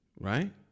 Right